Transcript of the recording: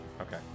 Okay